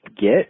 get